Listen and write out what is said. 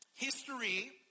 History